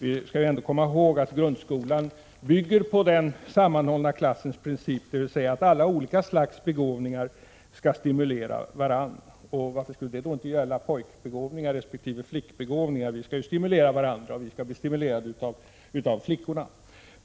Vi skall komma ihåg att grundskolan bygger på den sammanhållna klassens princip, dvs. att alla slags begåvningar skall stimulera varandra. Varför skulle det då inte gälla pojkbegåvningar resp. flickbegåvningar? Vi skall stimulera varandra, och pojkarna skall bli stimulerade av flickorna.